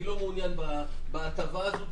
אני לא מעוניין בהטבה הזאת,